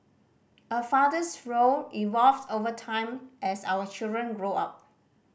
a father's role evolves over time as our children grow up